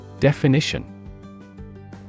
Definition